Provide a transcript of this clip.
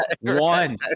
One